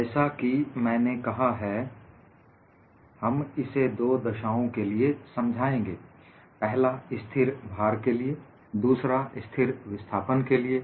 जैसा कि मैंने कहा हैहम इसे दो दशाओं के लिए समझाएंगे पहला स्थिर भार के लिए दूसरा स्थिर विस्थापन के लिए